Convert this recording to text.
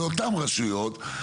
לאותן רשויות.